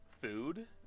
food